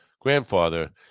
grandfather